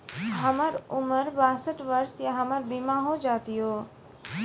हमर उम्र बासठ वर्ष या हमर बीमा हो जाता यो?